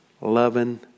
loving